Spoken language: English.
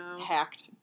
hacked